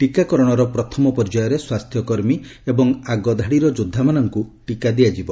ଟୀକାକରଣର ପ୍ରଥମ ପର୍ଯ୍ୟାୟରେ ସ୍ୱାସ୍ଥ୍ୟକର୍ମୀ ଏବଂ ଆଗଧାଡ଼ିର ଯୋଦ୍ଧାମାନଙ୍କୁ ଟିକା ଦିଆଯିବ